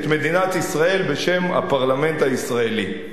את מדינת ישראל בשם הפרלמנט הישראלי.